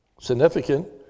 significant